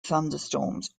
thunderstorms